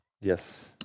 Yes